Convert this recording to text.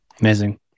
amazing